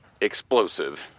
explosive